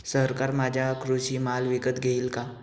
सरकार माझा कृषी माल विकत घेईल का?